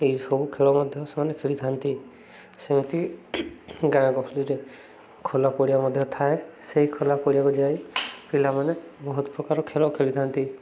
ଏହି ସବୁ ଖେଳ ମଧ୍ୟ ସେମାନେ ଖେଳିଥାନ୍ତି ସେମିତି ଗାଁ ଗହଳିରେ ଖୋଲା ପଡ଼ିଆ ମଧ୍ୟ ଥାଏ ସେଇ ଖୋଲା ପଡ଼ିଆକୁ ଯାଇ ପିଲାମାନେ ବହୁତ ପ୍ରକାର ଖେଳ ଖେଳିଥାନ୍ତି